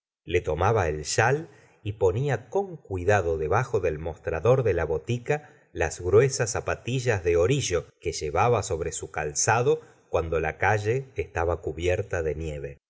le tomaba el chal y ponía con cuidado debajo del mostrador de la botica las gruesas zapatillas de orillo que llevaba sobre su calzado cuando la calle estaba cubierta de nieve